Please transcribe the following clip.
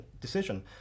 decision